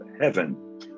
heaven